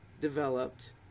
developed